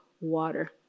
water